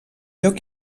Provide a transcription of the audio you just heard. lloc